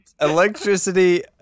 Electricity